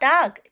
Dog